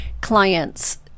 clients